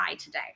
today